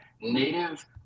native